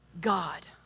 God